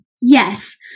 Yes